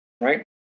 right